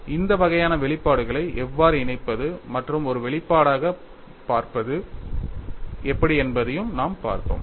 மேலும் இந்த வகையான வெளிப்பாடுகளை எவ்வாறு இணைப்பது மற்றும் ஒரு வெளிப்பாடாக பார்ப்பது எப்படி என்பதையும் நாம் பார்த்தோம்